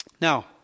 Now